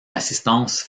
assistance